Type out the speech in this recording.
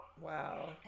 wow